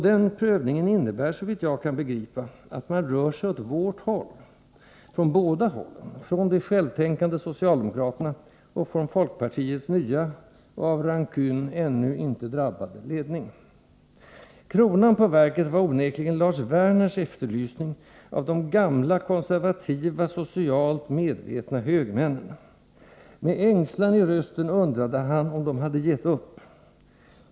Den prövningen innebär, såvitt jag kan begripa, att man rör sig åt vårt håll — från båda hållen, från de självtänkande socialdemokraterna och från folkpartiets nya, och av rancune ännu inte drabbade, ledning. Kronan på verket var onekligen Lars Werners efterlysning av de gamla konservativa, socialt medvetna högermännen. Med ängslan i rösten undrade han om de hade gett upp.